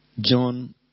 John